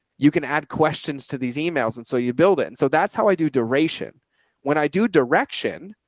you can add questions to these emails and so you build it. so that's how i do duration when i do direction.